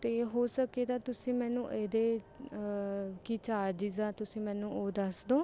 ਅਤੇ ਹੋ ਸਕੇ ਤਾਂ ਤੁਸੀਂ ਮੈਨੂੰ ਇਹਦੇ ਕੀ ਚਾਰਜਿਸ ਹੈ ਤੁਸੀਂ ਮੈਨੂੰ ਉਹ ਦੱਸ ਦਿਉ